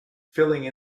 filling